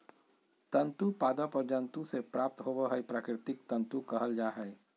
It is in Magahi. तंतु पादप और जंतु से प्राप्त होबो हइ प्राकृतिक तंतु कहल जा हइ